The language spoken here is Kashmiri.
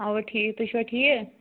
آ ٹھیٖک تُہۍ چھِوٕ ٹھیٖک